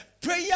Prayer